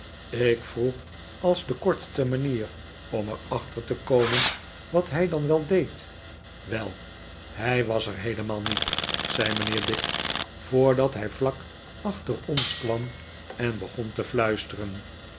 ik vroeg als de kortste manier om er achter te komen wat hij dan wel deed wel hij was er heelemaal niet zei mijnheer dick voordat hij vlak achter ons kwam en begon te fluisteren